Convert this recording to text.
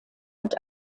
und